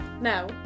now